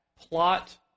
plot